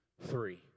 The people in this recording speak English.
three